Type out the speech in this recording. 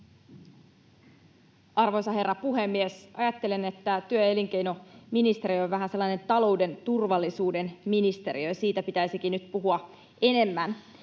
Arvoisa herra puhemies! Ajattelen, että työ- ja elinkeinoministeriö on vähän sellainen talouden turvallisuuden ministeriö, ja siitä pitäisikin nyt puhua enemmän.